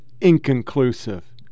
inconclusive